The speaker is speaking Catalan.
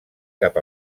cap